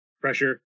pressure